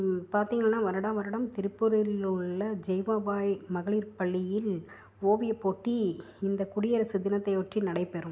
பார்த்தீங்கள்னா வருடா வருடம் திருப்பூரில் உள்ள ஜெய்பாபா மகளிர் பள்ளியில் ஓவியப்போட்டி இந்த குடியரசு தினத்தையொட்டி நடைபெறும்